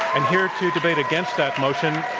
and here to debate against that motion,